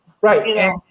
Right